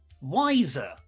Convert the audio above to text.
wiser